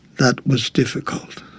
that was difficult